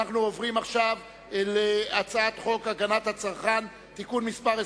5), התשס"ט 2008, נתקבלה.